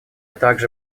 также